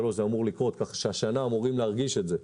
כך שהשנה אמורים להרגיש את זה.